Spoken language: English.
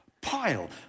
Pile